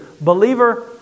believer